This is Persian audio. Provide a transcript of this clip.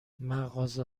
مغازه